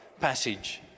passage